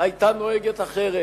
היתה נוהגת אחרת.